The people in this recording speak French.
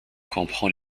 comprend